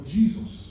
Jesus